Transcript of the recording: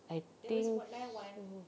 I think so